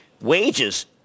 wages